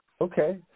Okay